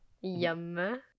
Yum